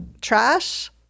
trash